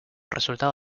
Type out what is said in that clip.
resultado